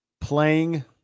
playing